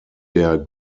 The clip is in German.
der